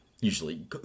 usually